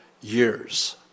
years